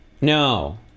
No